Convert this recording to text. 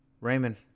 Raymond